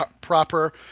proper